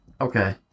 Okay